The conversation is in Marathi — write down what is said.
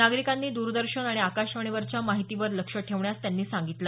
नागरिकांनी द्रदर्शन आणि आकाशवाणीवरच्या माहितीवर लक्ष ठेवण्यास त्यांनी सांगितलं